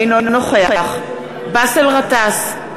אינו נוכח באסל גטאס,